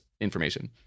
information